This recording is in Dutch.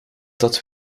dat